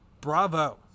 bravo